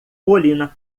colina